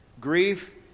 grief